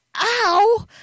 ow